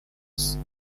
use